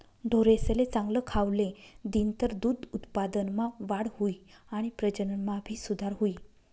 ढोरेसले चांगल खावले दिनतर दूध उत्पादनमा वाढ हुई आणि प्रजनन मा भी सुधार हुई